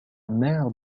maire